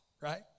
right